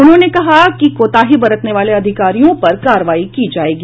उन्होंने कहा कि कोताही बरतने वाले अधिकारियों पर कार्रवाई की जायेगी